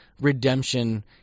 redemption